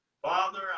Father